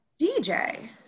DJ